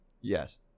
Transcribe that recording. Yes